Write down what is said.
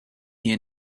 here